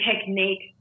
technique